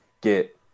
get